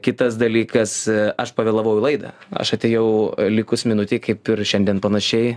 kitas dalykas aš pavėlavau į laidą aš atėjau likus minutei kaip ir šiandien panašiai